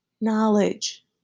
knowledge